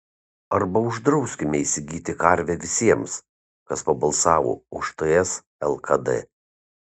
arba uždrauskime įsigyti karvę visiems kas pabalsavo už ts lkd